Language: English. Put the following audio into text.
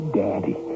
daddy